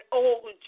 old